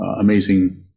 amazing